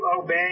obey